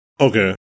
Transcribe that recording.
Okay